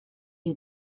you